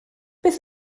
beth